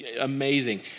amazing